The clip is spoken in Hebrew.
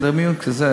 חוק השיפוט הצבאי (תיקון מס' 73)